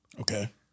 Okay